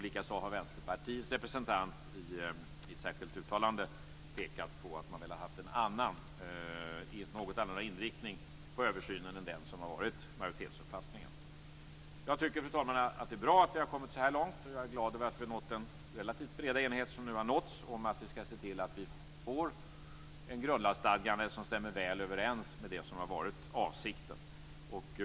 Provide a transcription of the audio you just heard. Likaså har Vänsterpartiets representant i ett särskilt uttalande pekat på att man hade velat ha en något annorlunda inriktning på översynen än majoriteten. Jag tycker, fru talman, att det är bra att vi har kommit så här långt. Jag är glad över att vi har nått den relativt breda enighet som nu har nåtts om att vi skall se till att vi får ett grundlagsstadgande som stämmer väl överens med det som har varit avsikten.